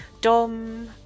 Dom